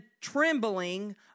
trembling